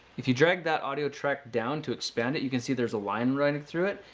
if you drag that audio track down to expand it, you can see there's a line running through it.